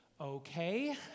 Okay